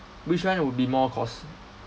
which one would be more cost